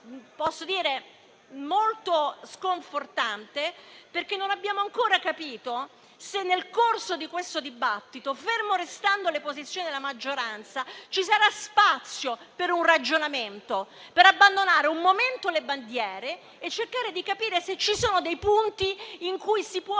veramente molto sconfortante, perché non abbiamo ancora capito se, nel suo corso, ferme restando le posizioni della maggioranza, ci sarà spazio per un ragionamento; per abbandonare, per un momento, le bandiere e cercare di capire se ci sono dei punti in cui poter